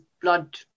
blood